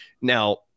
now